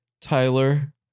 Tyler